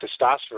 testosterone